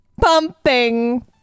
Pumping